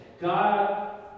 God